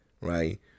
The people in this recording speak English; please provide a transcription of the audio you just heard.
right